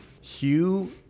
Hugh